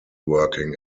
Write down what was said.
working